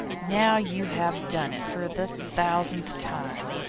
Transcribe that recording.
now you have done it, for the thousandth time.